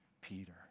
Peter